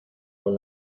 con